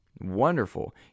wonderful